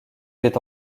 fait